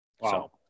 Wow